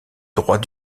droit